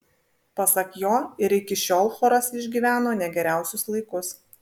pasak jo ir iki šiol choras išgyveno ne geriausius laikus